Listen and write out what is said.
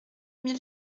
mille